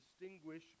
distinguish